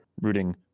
rooting